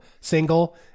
single